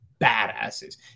badasses